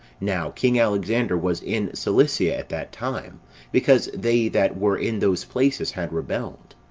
now king alexander was in cilicia at that time because they that were in those places had rebelled.